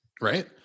right